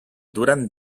durant